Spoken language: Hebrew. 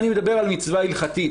אני מדבר על מצווה הלכתית,